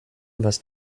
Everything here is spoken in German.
was